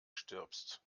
stirbst